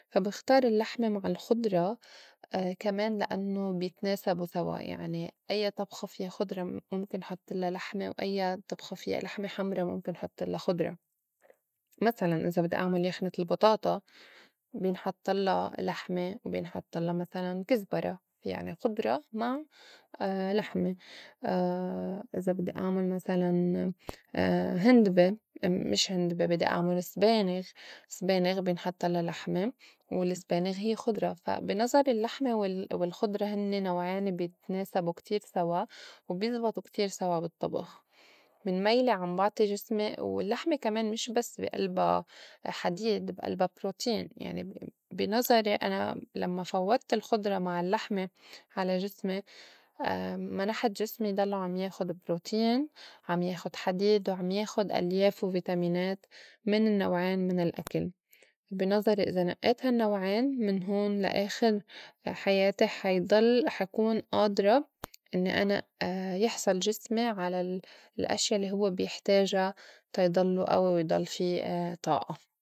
فا بختار اللّحمة مع الخُضرا كمان لأنّو بيتناسبو سوا يعني أيّا طبخة فيا خُضرا مُمكن نحطلّا لحمة وأيّا طبخة فيا لحمة حمرا مُمكن حطلّا خُضرا، مسلاً إذا بدّي أعمل يخنة البطاطا بينحطلّا لحمة و بينحطلّا مسلاً كِزْبَرة يعني خضرا مع لحمة، إذا بدّي أعمل مسلاً هندبة مش هندبة، بدّي أعمل سبانغ سبانغ بينحطلّا لحمة والسبانغ هيّ خُضرا، فا بي نظري اللّحمة وال- والخضرا هنّي نوعين بيتناسبو كتير سوا وبيزبطو كتير سوا بالطّبخ من ميلة عم بعطي جسمي واللّحمة كمان مش بس بي ألبا حديد بألبا بروتين يعني ب- بِنظري أنا لمّا فوّت الخضرا مع اللّحمة على جسمي منحت جسمي ضلّو عم ياخُد بروتين، عم ياخُد حديد، وعم ياخُد ألياف، وفيتامينات من النّوعين من الأكل، بي نظري إذا نئّيت هالنّوعين من هون لآخر حياتي حيضل حكون آدرا إنّي أنا يحصل جسمي على الأشيا الّي هوّ بيحتاجا تا يضلّو أوي ويضل في طائة.